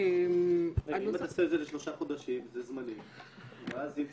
הייתה בחודש מרץ-אפריל בהליך מאוד לא שגרתי,